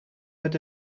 met